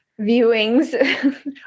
viewings